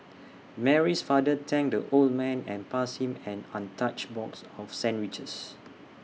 Mary's father thanked the old man and passed him an untouched box of sandwiches